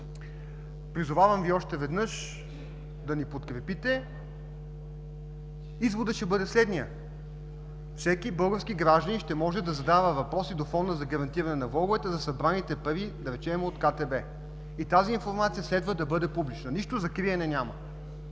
призовавам Ви още веднъж да ни подкрепите. Изводът ще бъде следният: всеки български гражданин ще може да задава въпроси до Фонда за гарантиране на влоговете за събраните пари, да речем, от КТБ. Тази информация следва да бъде публична, нищо за криене няма.